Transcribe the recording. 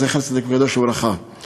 זכר צדיק וקדוש לברכה,